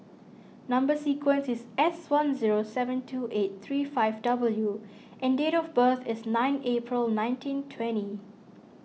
Number Sequence is S one zero seven two eight three five W and date of birth is nine April nineteen twenty